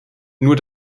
nur